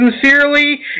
sincerely